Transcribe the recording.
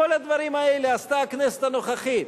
את כל הדברים האלה עשתה הכנסת הנוכחית.